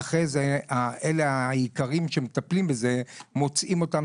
ואחרי זה האנשים שמטפלים בזה מוצאים אותם